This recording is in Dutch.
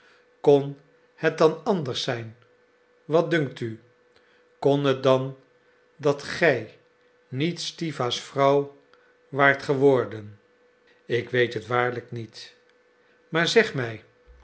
kon het dan anders zijn wat dunkt u kon het dan dat gij niet stiwa's vrouw waart geworden ik weet het waarlijk niet maar zeg mij